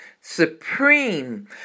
supreme